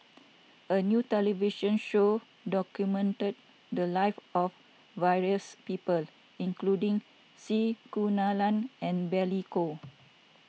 a new television show documented the lives of various people including C Kunalan and Billy Koh